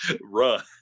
run